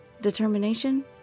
Determination